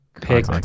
pick